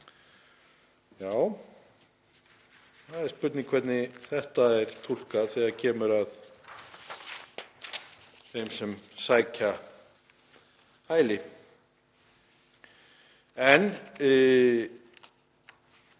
— Það er spurning hvernig þetta er túlkað þegar kemur að þeim sem sækja um hæli. 10.